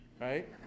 right